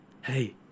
hey